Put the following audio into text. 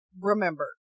remember